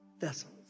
vessels